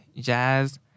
jazz